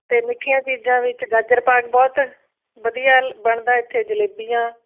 ਅਤੇ ਮਿੱਠੀਆਂ ਚੀਜ਼ਾਂ ਵਿੱਚ ਗਾਜਰਪਾਕ ਬਹੁਤ ਵਧੀਆ ਬਣਦਾ ਇੱਥੇ ਜਲੇਬੀਆਂ